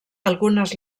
algunes